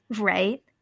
Right